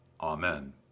Amen